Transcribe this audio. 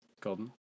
Golden